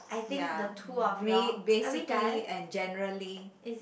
ya make basically and generally